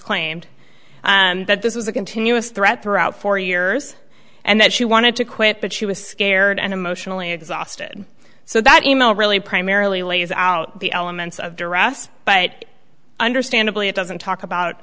claimed and that this was a continuous threat throughout for years and that she wanted to quit but she was scared and emotionally exhausted so that e mail really primarily lays out the elements of duress but understandably it doesn't talk about